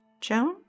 Joan